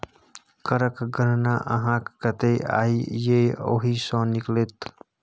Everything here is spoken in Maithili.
करक गणना अहाँक कतेक आय यै ओहि सँ निकलत